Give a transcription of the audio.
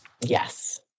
Yes